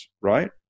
right